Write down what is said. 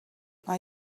are